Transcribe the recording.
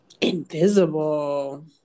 invisible